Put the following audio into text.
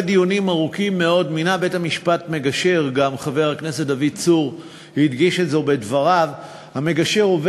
קובע כי מי שמתגורר בדירה ציבורית במשך תקופה של